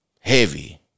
heavy